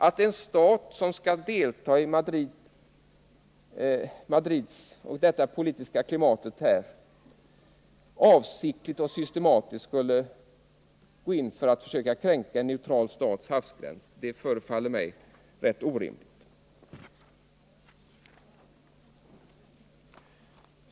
Att en stat, som skall delta i Madrid i detta politiska klimat, avsiktligt och systematiskt skulle gå in för att kränka en neutral stats havsgräns förefaller mig orimligt.